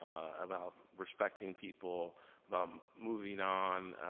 about respecting people, about moving on.